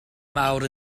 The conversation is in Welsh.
mawr